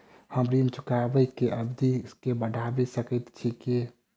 हम ऋण चुकाबै केँ अवधि केँ बढ़ाबी सकैत छी की?